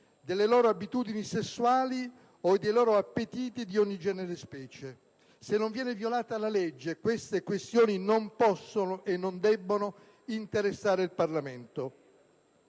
delle loro abitudini sessuali, dei loro appetiti di ogni genere e specie. Se non viene violata la legge, queste questioni non possono e non debbono interessare il Parlamento.